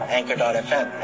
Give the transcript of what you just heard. Anchor.fm